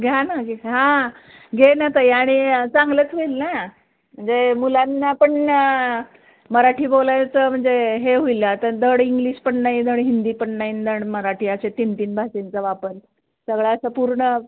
घ्या ना की हां घे ना ताई आणि चांगलंच होईल ना म्हणजे मुलांना पण मराठी बोलायचं म्हणजे हे होईल आता धड इंग्लिश पण नाही धड हिंदी पण नाही धड मराठी असे तीन तीन भाषेंचा वापर सगळा असं पूर्ण